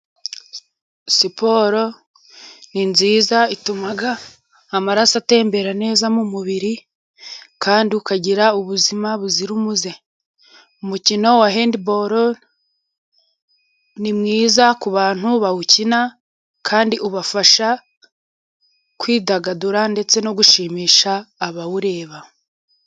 Siporo ni nziza ituma amaraso atembera neza mu mubiri, kandi ukagira ubuzima buzira umuze, umukino wa hendiboro ni mwiza ku bantu bawukina, kandi ubafasha kwidagadura ndetse no gushimisha abawureba.